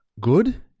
good